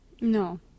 No